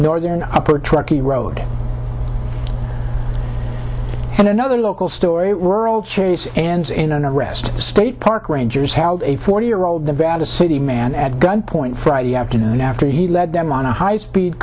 northern upper truckee road and another local story rural chase ends in an arrest state park rangers how a forty year old nevada city man at gunpoint friday afternoon after he led them on a high speed